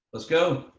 let's go,